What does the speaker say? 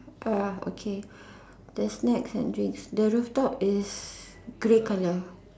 uh okay there's snacks and drinks the rooftop is grey colour